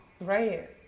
right